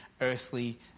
earthly